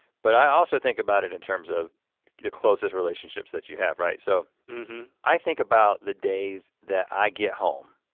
but i also think about it in terms of your closest relationships that you have, right so. mm-hmm i think about the days that i get home.